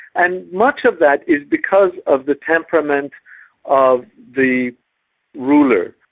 and much of that is because of the temperament of the ruler,